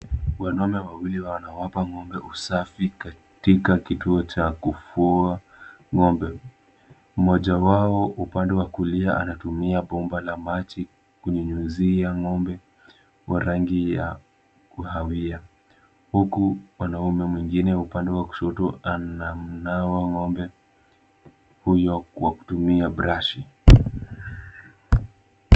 Wanaume wawili wanawapa ng'ombe usafi katika kituo cha kufua ng'ombe. Mmoja wao upande wa kulia anatumia bomba la maji kunyunyuzia ng'ombe wa rangi ya kahawia. Huku mwanaume mwingine upande wa kushoto anamnawa ng'ombe, huyo wa kutumia brashi .